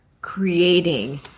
creating